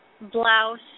Blouse